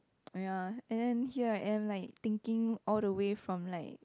!aiya! and then here I am like thinking all the way from like